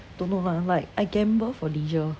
don't know lah like I gamble for leisure